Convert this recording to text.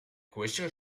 crystal